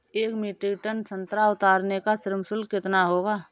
एक metric ton संतरा उतारने का श्रम शुल्क कितना होगा?